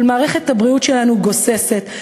אבל מערכת הבריאות שלנו גוססת,